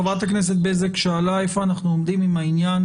חברת הכנסת בזק שאלה איפה אנחנו עומדים עם העניין